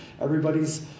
everybody's